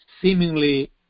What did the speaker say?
seemingly